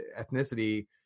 ethnicity